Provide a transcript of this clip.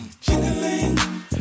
jingling